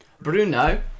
Bruno